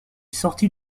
sortit